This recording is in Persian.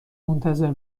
منتظر